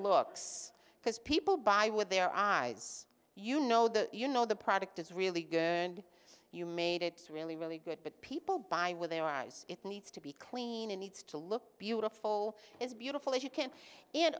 looks because people buy with their eyes you know that you know the product is really good and you made it really really good but people buy with their eyes it needs to be clean and needs to look beautiful it's beautiful as you can and